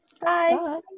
bye